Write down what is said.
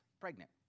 pregnant